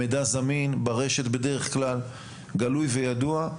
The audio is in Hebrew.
המידע זמין ברשת בדרך כלל, גלוי וידוע,